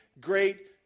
great